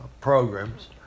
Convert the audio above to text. programs